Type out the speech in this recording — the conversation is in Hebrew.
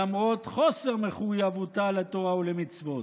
למרות חוסר מחויבותה לתורה ולמצוות.